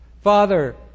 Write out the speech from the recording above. Father